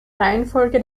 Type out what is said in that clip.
reihenfolge